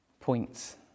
points